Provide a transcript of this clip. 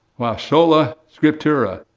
sola scriptura,